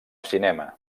cinema